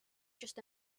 just